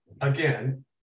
again